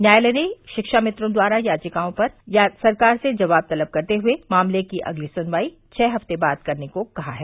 न्यायालय ने शिक्षामित्रों द्वारा दायर याविकाओं पर सरकार से जवाब तलब करते हुए मामले की अगली सुनवाई छ हपते बाद करने को कहा है